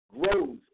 grows